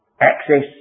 access